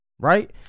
Right